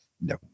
No